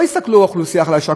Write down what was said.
לא הסתכלו על האוכלוסייה החלשה,